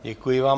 Děkuji vám.